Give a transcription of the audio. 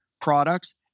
products